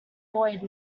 void